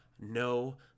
no